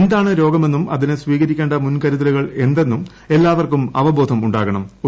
എന്താണ് രോഗമെന്നും അതിന് സ്വീകരിക്കേണ്ടി മുൻകരുതലുകൾ എന്തെന്നും എല്ലാവർക്കും അവബോധം ഉണ്ടാക്കണ്ം